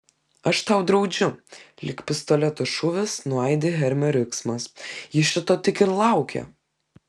aš tau draudžiu lyg pistoleto šūvis nuaidi hermio riksmas ji šito tik ir laukia